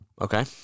Okay